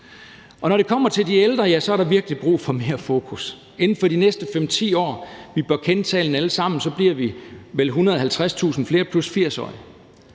Når det kommer til de ældre, er der virkelig brug for mere fokus. Inden for de næste 5-10 år – vi bør kende tallene alle sammen – bliver vi vel 150.000 flere +80-årige.